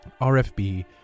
rfb